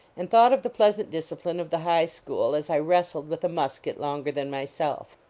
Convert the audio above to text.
and thought of the pleasant discipline of the high school as i wrestled with a musket longer than myself.